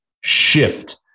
shift